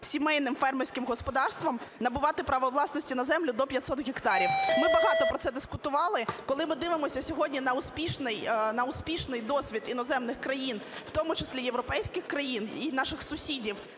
сімейним фермерським господарствам набувати права власності на землю до 500 гектарів. Ми багато про це дискутували. Коли ми дивимося сьогодні на успішний досвід іноземних країн, в тому числі європейських країн і наших сусідів,